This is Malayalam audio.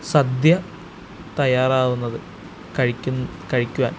സദ്യ തയ്യാറാവുന്നത് കഴിക്കുവാന്